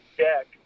deck